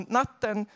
natten